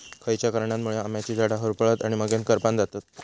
खयच्या कारणांमुळे आम्याची झाडा होरपळतत आणि मगेन करपान जातत?